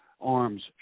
arms